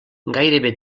gairebé